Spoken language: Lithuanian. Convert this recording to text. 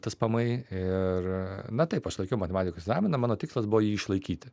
tspmi ir na taip aš laikiau matematikos egzaminą mano tikslas buvo jį išlaikyti